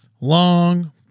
long